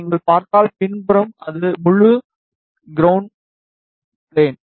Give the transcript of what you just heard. நீங்கள் பார்த்தால் பின்புறம் அது முழு கிரவுண்ட் பிளான்